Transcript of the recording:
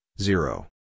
zero